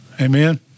Amen